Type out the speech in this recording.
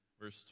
verse